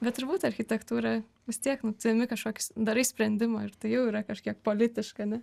bet turbūt architektūra vis tiek savimi kažkokius darai sprendimą ir tai jau yra kažkiek politiška ar ne